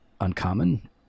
uncommon